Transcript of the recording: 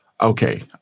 okay